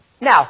Now